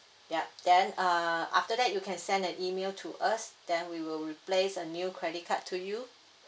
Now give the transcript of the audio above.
yup then uh after that you can send an email to us then we will replace a new credit card to you